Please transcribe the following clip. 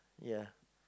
yeah